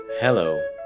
Hello